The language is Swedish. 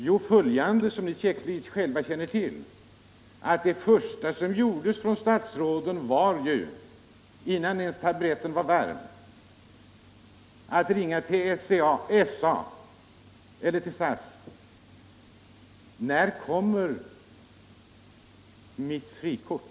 Jo, följande — och det känner ni säkert till själva: Det första statsråden gjorde, innan taburetterna ens hunnit bli varma, var att ringa till SAS och fråga: När kommer våra frikort?